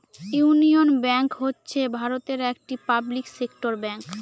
union Bank হচ্ছে ভারতের একটি পাবলিক সেক্টর ব্যাঙ্ক